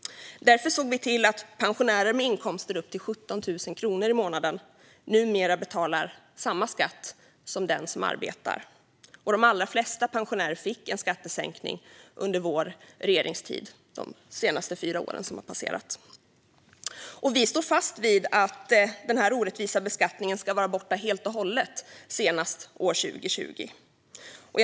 Därför såg vi till att pensionärer med inkomster upp till 17 000 kronor i månaden numera betalar samma skatt som den som arbetar, och de allra flesta pensionärer fick en skattesänkning under vår regeringstid, de senaste fyra åren. Vi står fast vid att den orättvisa beskattningen ska vara borta helt och hållet senast år 2020.